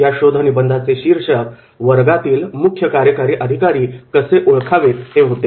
या शोधनिबंधाचे शीर्षक " वर्गातील मुख्य कार्यकारी अधिकारी कसे ओळखावेत" हे होते